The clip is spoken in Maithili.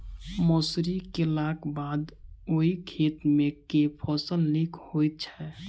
मसूरी केलाक बाद ओई खेत मे केँ फसल नीक होइत छै?